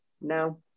no